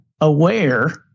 aware